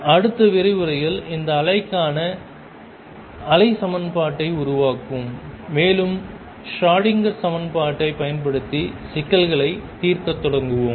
அடுத்த விரிவுரையில் இந்த அலைக்கான அலை சமன்பாட்டை உருவாக்குவோம் மேலும் ஷ்ரோடிங்கர் சமன்பாட்டைப் பயன்படுத்தி சிக்கல்களைத் தீர்க்கத் தொடங்குவோம்